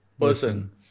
person